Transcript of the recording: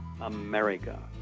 America